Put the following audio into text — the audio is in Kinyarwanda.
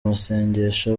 masengesho